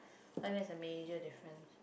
unless a major different